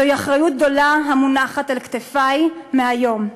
זו אחריות גדולה המונחת על כתפי מהיום,